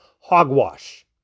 hogwash